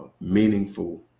meaningful